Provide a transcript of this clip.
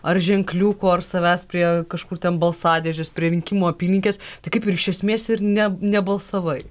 ar ženkliuko ar savęs prie kažkur ten balsadėžes prie rinkimų apylinkės tai kaip ir iš esmės ir ne nebalsavai